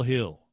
Hill